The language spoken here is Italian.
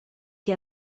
che